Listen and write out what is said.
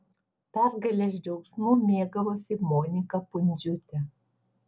pergalės džiaugsmu mėgavosi monika pundziūtė